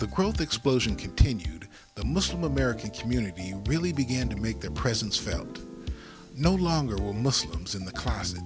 the group explosion continued the muslim american community really began to make their presence felt no longer all muslims in the cl